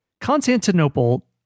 Constantinople